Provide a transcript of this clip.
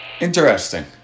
Interesting